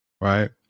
right